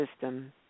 system